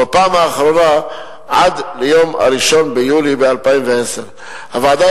ובפעם האחרונה עד 1 ביולי 2010. הוועדה